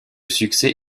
succès